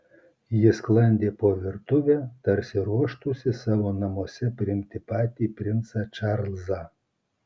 ji sklandė po virtuvę tarsi ruoštųsi savo namuose priimti patį princą čarlzą